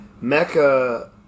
Mecca